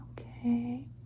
Okay